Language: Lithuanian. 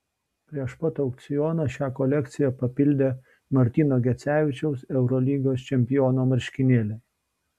prieš pat aukcioną šią kolekciją papildė martyno gecevičiaus eurolygos čempiono marškinėliai